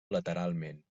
lateralment